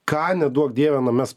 ką neduok dieve na mes